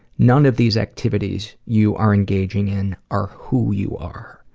none of these activities you are engaging in are who you are.